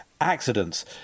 accidents